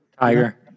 Tiger